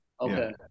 Okay